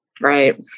right